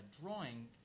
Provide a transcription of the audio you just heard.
drawing